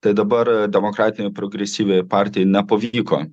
tai dabar demokratinei progresyviąjai partijai nepavyko